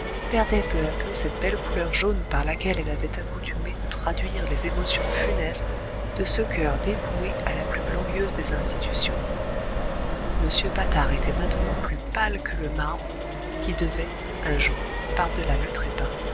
perdait peu à peu cette belle couleur jaune par laquelle elle avait accoutumé de traduire les émotions funestes de ce coeur dévoué à la plus glorieuse des institutions m patard était maintenant plus pâle que le marbre qui devait un jour par-delà le trépas